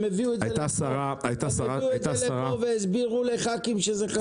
הם הביאו את זה לכאן והסבירו לחברי הכנסת שזה חשוב.